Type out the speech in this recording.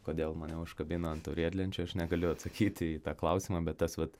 kodėl mane užkabino ant tų riedlenčių aš negaliu atsakyti į tą klausimą bet tas vat